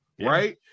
right